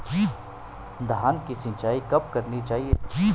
धान की सिंचाईं कब कब करनी चाहिये?